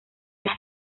las